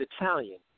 Italian